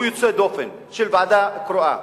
שהוא יוצא דופן, של ועדה קרואה.